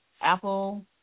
Apple